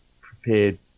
prepared